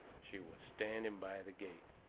she was standing by the gate,